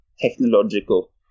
technological